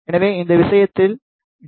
எனவே இந்த விஷயத்தில் டி